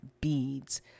beads